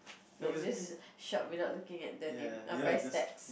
like just shop without looking at the name err price tags